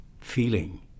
feeling